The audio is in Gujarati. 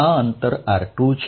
આ અંતર r2 છે